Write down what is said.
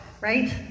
Right